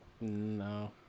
No